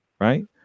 right